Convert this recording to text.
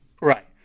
Right